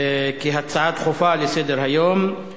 הצעות דחופות לסדר-היום מס'